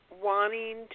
wanting